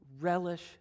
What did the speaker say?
relish